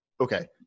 Okay